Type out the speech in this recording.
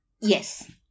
Yes